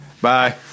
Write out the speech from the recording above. Bye